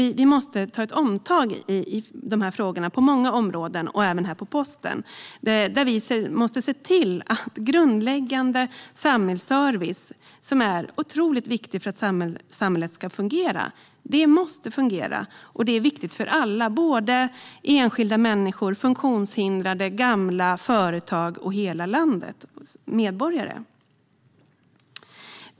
Vi måste göra ett omtag på många områden, också när det gäller posten. Vi måste se till att grundläggande samhällsservice, som är otroligt viktig för att samhället ska fungera, fungerar. Det är viktigt för alla: enskilda människor, funktionshindrade, gamla, företag och hela landets medborgare.